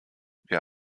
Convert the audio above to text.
wir